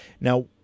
Now